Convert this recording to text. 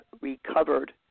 recovered